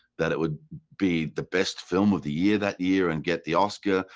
that it would be the best film of the year that year and get the oscar,